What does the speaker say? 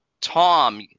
Tom